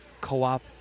co-op